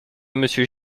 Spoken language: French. monsieur